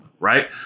right